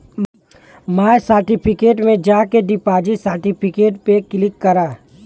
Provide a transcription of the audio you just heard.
माय certificate में जाके deposit certificate पे क्लिक करा